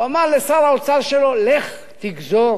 הוא אמר לשר האוצר שלו: לך תגזור